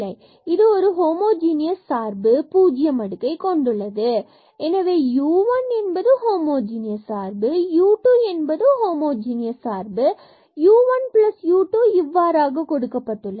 எனவே இது ஹோமோஜனியஸ் சார்பு பூஜ்ஜியம் அடுக்கை கொண்டுள்ளது எனவே நம்மிடம் u1 ஹோமோஜூனியஸ் சார்பு மற்றும் u2 ஹோமோஜினியஸ் சார்பு உள்ளது இது u1u2 இவ்வாறாக கொடுக்கப்பட்டுள்ளது